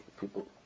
people